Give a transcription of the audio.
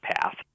path